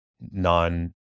non